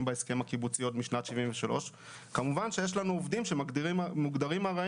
בהסכם הקיבוצי משנת 1973. כמובן שיש לנו עובדים שמוגדרים ארעיים